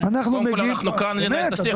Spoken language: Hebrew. קודם כל אנחנו כאן לנהל את השיח.